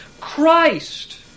Christ